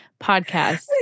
podcast